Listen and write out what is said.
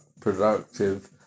productive